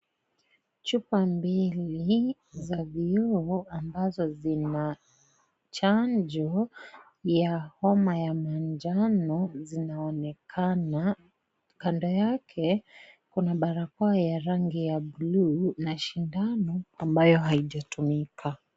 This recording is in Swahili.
Chupa mbili za vioo ambazo zina chanjo ya homa ya manjano zinaonekana. Ka do yake kuna barakoa ya rangi ya bluu na sindano ambayo haijatumika.